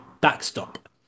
backstop